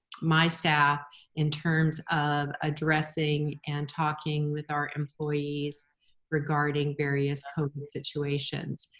my staff in terms of addressing and talking with our employees regarding various coping situations,